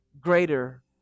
greater